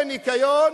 או בניקיון